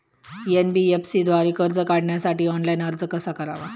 NBFC द्वारे कर्ज काढण्यासाठी ऑनलाइन अर्ज कसा करावा?